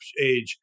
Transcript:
age